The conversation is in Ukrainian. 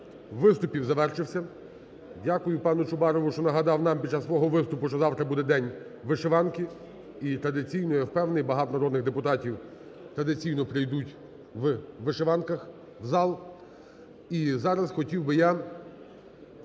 виступів завершився. Дякую пану Чубарову, що нагадав нам під час свого виступу, що завтра буде День вишиванки. І традиційно, я впевнений, багато народних депутатів традиційно прийдуть в вишиванках в зал.